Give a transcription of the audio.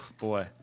boy